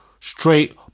straight